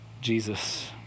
Jesus